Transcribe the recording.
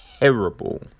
terrible